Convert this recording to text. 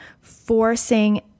forcing